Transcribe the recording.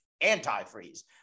anti-freeze